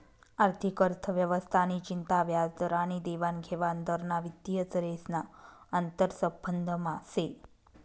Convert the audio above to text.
आर्थिक अर्थव्यवस्था नि चिंता व्याजदर आनी देवानघेवान दर ना वित्तीय चरेस ना आंतरसंबंधमा से